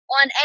on